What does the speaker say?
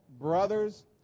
brothers